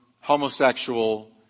homosexual